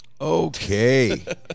Okay